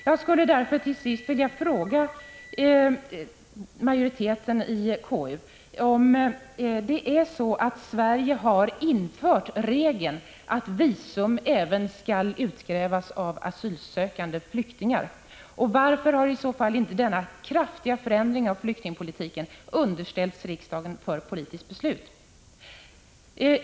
Jag skulle därför till sist vilja fråga majoriteten i KU om det är så att Sverige infört regeln att visum även skall utkrävas av asylsökande flyktingar. Varför har i så fall denna kraftiga förändring av flyktingpolitiken inte underställts riksdagen för politiskt beslut?